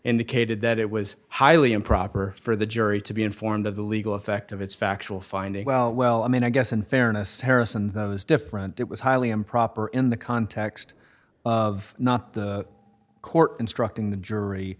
indicated that it was highly improper for the jury to be informed of the legal effect of its factual finding well well i mean i guess in fairness harris and those different it was highly improper in the context of not the court instructing the jury